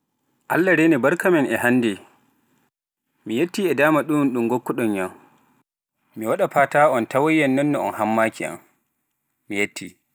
Allah reene barka men e hannde, mi yettii e daama ɗum, ɗum ngokku-ɗon yam, mi waɗa faata on taway yam non no on hammaaki am.